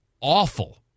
awful